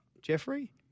Jeffrey